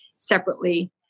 separately